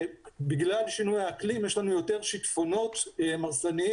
בגלל שינוי האקלים יש לנו יותר שיטפונות הרסניים,